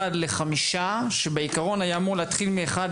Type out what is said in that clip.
אחד לחמישה, שבעיקרון, היה אמור להתחיל מאחד